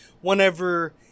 whenever